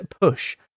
push